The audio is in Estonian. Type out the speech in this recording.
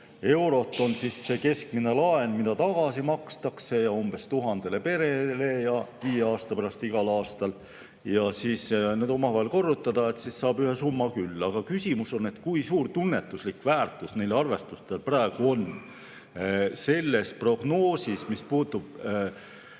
eurot on keskmine laen, mis tagasi makstakse umbes 1000 perele viie aasta pärast igal aastal, ja siis need omavahel korrutada. Nii saab ühe summa küll. Aga küsimus on, kui suur tunnetuslik väärtus neil arvestustel praegu on selles prognoosis, mis puudutab